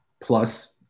plus